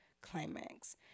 climax